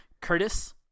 Curtis